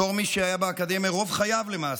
בתור מי שהיה באקדמיה רוב חייו, למעשה,